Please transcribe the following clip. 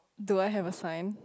do I have a sign